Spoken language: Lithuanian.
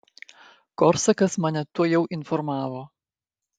korsakas mane tuojau informavo